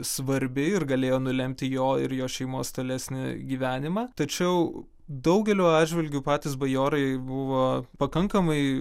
svarbi ir galėjo nulemti jo ir jo šeimos tolesnį gyvenimą tačiau daugeliu atžvilgių patys bajorai buvo pakankamai